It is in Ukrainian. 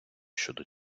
щодо